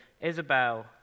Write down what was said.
Isabel